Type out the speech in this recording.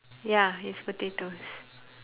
ya is potatoes